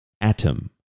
Atom